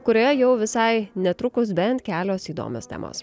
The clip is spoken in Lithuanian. kurioje jau visai netrukus bent kelios įdomios temos